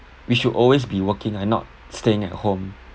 we should always be working and not staying at home